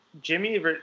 jimmy